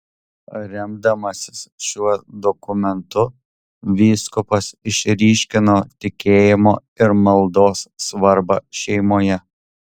remdamasis šiuo dokumentu vyskupas išryškino tikėjimo ir maldos svarbą šeimoje